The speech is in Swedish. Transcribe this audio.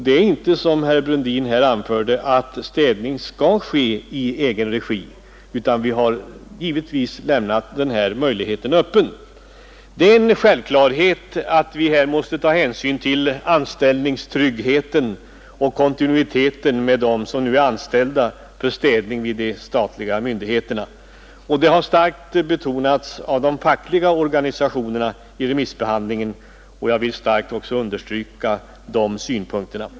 Det är inte så, som herr Brundin här gjorde gällande, att städning alltid skall ske i egen regi, utan den här möjligheten har lämnats öppen. Det är självklart att vi här måste ta hänsyn till anställningstryggheten och kontinuiteten för dem som nu är anställda för städning vid de statliga myndigheterna. Det har starkt betonats av de fackliga organisationerna vid remissbehandlingen, och jag vill också starkt understryka de synpunkterna.